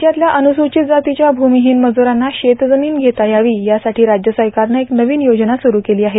राज्यातल्या अन्रस्चित जातीच्या भूमीहीन मजूरांना शेतजमीन घेता यावी यासाठी राज्य सरकारनं एक नवीन योजना सुरू केली आहे